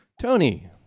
Tony